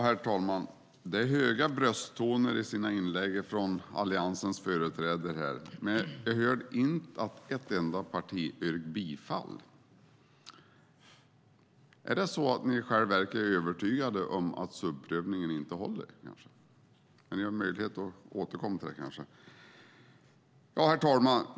Herr talman! Det är höga brösttoner i inläggen från Alliansens företrädare, men jag har inte hört att ett enda parti har yrkat bifall. Är det så att ni i själva verket är övertygade om att subsidiaritetsprövningen inte håller? Ni har möjlighet att återkomma till det. Herr talman!